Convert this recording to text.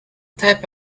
type